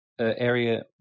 area